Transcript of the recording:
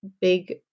big